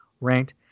ranked